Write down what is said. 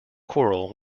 coral